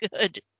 good